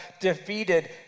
defeated